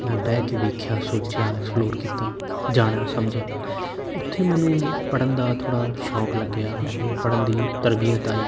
ਅਤੇ ਮੈਂ ਬਹਿ ਕੇ ਵੇਖਿਆ ਸੋਚਿਆ ਐਕਸਪਲੋਰ ਕੀਤਾ ਜਾਣਿਆ ਸਮਝਿਆ ਉੱਥੇ ਮੈਨੂੰ ਪੜ੍ਹਨ ਦਾ ਥੋੜ੍ਹਾ ਸ਼ੌਂਕ ਲੱਗਿਆ ਮੈਨੂੰ ਪੜ੍ਹਨ ਦੀ ਤਰਬੀਅਤ ਆਈ